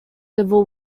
civil